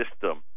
system